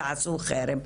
ועשו חרם.